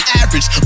average